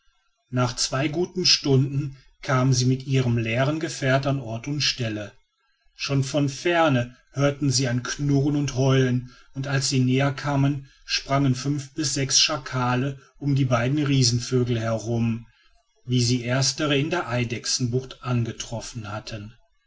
nach zwei guten stunden kamen sie mit ihrem leeren gefährt an ort und stelle schon von ferne hörten sie ein knurren und heulen und als sie näher kamen sprangen fünf bis sechs schakale um die beiden riesenvögel herum wie sie erstere in der eidechsenbucht angetroffen hatten